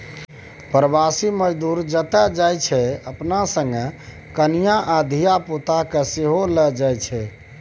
प्रबासी मजदूर जतय जाइ छै अपना संगे कनियाँ आ धिया पुता केँ सेहो लए जाइ छै